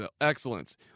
excellence